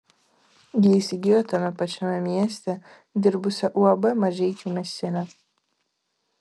ji įsigijo tame pačiame mieste dirbusią uab mažeikių mėsinę